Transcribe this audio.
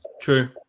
True